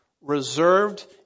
reserved